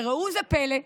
וראו זה פלא,